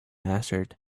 answered